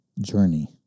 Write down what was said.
journey